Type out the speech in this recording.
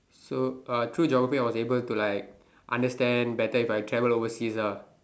so uh through geography I was able to like understand better if I travel overseas ah